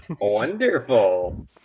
wonderful